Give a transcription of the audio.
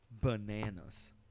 bananas